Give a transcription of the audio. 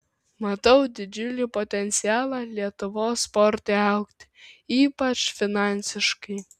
matau didžiulį potencialą lietuvos sportui augti ypač finansiškai